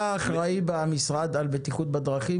אתה אחראי במשרד על בטיחות בדרכים?